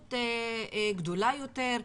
במהירות גדולה יותר,